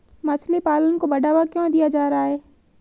मछली पालन को बढ़ावा क्यों दिया जा रहा है?